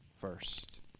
first